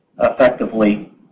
effectively